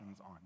on